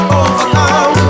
overcome